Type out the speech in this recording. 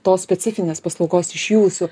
tos specifinės paslaugos iš jūsų